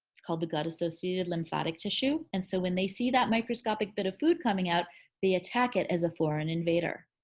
it's called the gut-associated lymphatic tissue and so when they see that microscopic bit of food coming out the attack it as a foreign invader.